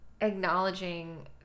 acknowledging